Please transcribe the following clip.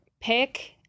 pick